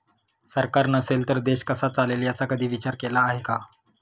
सरकार नसेल तर देश कसा चालेल याचा कधी विचार केला आहे का?